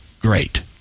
great